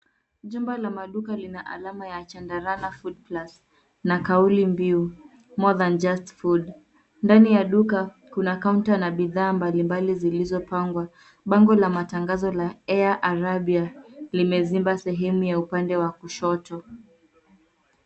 Jumba la maduka lina alama ya Chandarana Foodplus na kauli mbiu more than just food . Ndani ya duka kuna kaunta na bidhaa mbalimbali zilizopangwa. Bango la matangazo ya air Arabia limeziba sehemu ya upande wa kushoto.